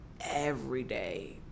everyday